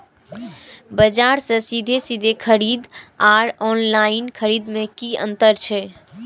बजार से सीधे सीधे खरीद आर ऑनलाइन खरीद में की अंतर छै?